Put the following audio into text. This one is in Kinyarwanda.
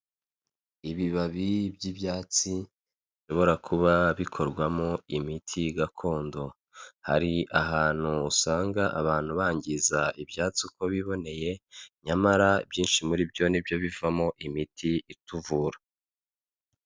Ibibabi by'ibyatsi bishobora kuba bikorwamo imiti gakondo, hari ahantu usanga abantu bangiza ibyatsi uko biboneye ,nyamara byinshi muri byo nibyo bivamo imiti ituvura.